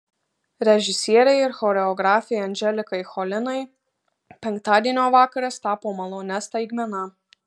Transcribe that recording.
režisierei ir choreografei anželikai cholinai penktadienio vakaras tapo malonia staigmena